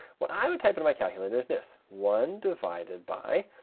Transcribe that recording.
what i would type in my calculator is this, one divided by,